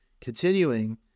Continuing